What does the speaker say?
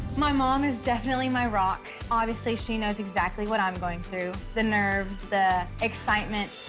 my mom is definitely my rock. obviously she knows exactly what i'm going through. the nerves, the excitement.